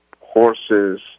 horses